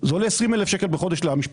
זה עולה 20,000 שקלים למשפחה,